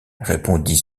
répondit